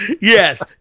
yes